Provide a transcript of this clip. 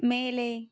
மேலே